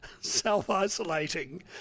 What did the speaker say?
self-isolating